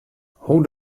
hoe